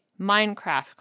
Minecraft